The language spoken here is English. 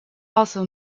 also